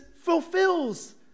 fulfills